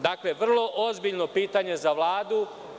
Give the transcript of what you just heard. Dakle, vrlo ozbiljno pitanje za Vladu.